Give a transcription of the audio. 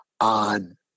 On